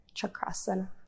Chakrasana